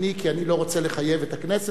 למה לא בשם הכנסת,